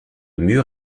mur